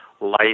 Life